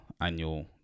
annual